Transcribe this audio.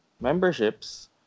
Memberships